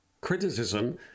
criticism